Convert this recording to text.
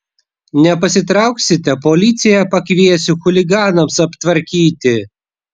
nepasitrauksite policiją pakviesiu chuliganams aptvarkyti